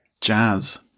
Jazz